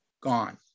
gone